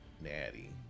natty